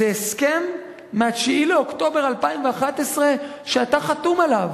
זה הסכם מ-9 באוקטובר 2011, שאתה חתום עליו.